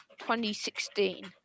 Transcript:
2016